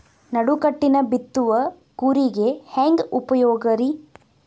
ನಡುಕಟ್ಟಿನ ಬಿತ್ತುವ ಕೂರಿಗೆ ಹೆಂಗ್ ಉಪಯೋಗ ರಿ?